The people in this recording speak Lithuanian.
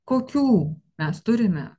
kokių mes turime